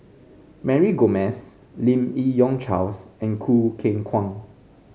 Mary Gomes Lim Yi Yong Charles and Choo Keng Kwang